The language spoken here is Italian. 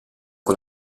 con